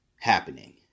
Happening